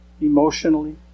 emotionally